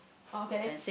okay